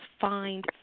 find